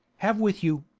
have with you.